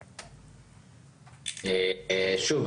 שוב,